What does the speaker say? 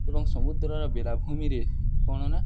ଏବଂ ସମୁଦ୍ରର ବେଳାଭୂମିରେ କ'ଣନା